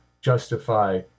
justify